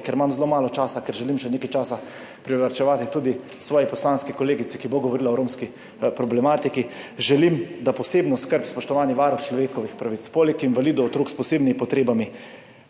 ker imam zelo malo časa, ker želim še nekaj časa privarčevati tudi svoji poslanski kolegici, ki bo govorila o romski problematiki. Želim, da posebno skrb, spoštovani varuh človekovih pravic, poleg invalidom, otrokom s posebnimi potrebami